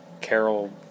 Carol